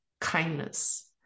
kindness